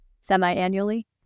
semi-annually